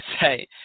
say